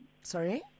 Sorry